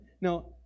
Now